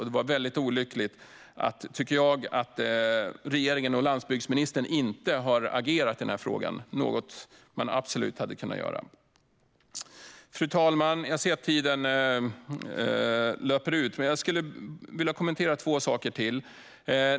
Det är väldigt olyckligt, tycker jag, att regeringen och landsbygdsministern inte har agerat i den här frågan, något man absolut hade kunnat göra. Fru talman! Jag ser att tiden löper ut, men jag skulle vilja kommentera två saker till.